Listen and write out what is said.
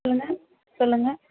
சொல்லுங்கள் சொல்லுங்கள்